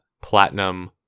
Platinum